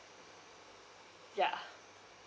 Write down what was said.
yeah